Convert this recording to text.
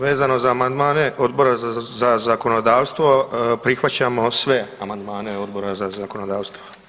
Vezano za amandmane Odbora za zakonodavstvo, prihvaćamo sve amandmane Odbora za zakonodavstvo.